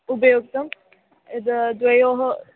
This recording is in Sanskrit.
उपयुक्तं यद् द्वयोः